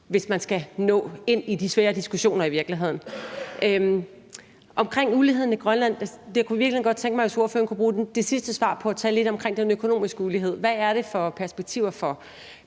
hvis man skal nå ind i de svære diskussioner. Omkring uligheden i Grønland kunne jeg godt tænke mig, hvis ordføreren kunne bruge det sidste svar på at tale lidt om den økonomiske ulighed. Hvad er det for perspektiver for